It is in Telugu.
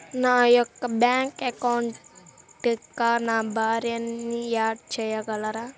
నా యొక్క బ్యాంక్ అకౌంట్కి నా భార్యని యాడ్ చేయగలరా?